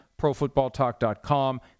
profootballtalk.com